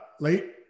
late